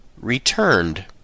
returned